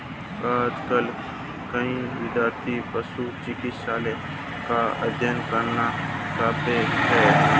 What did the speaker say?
आजकल कई विद्यार्थी पशु चिकित्सा का अध्ययन करना चाहते हैं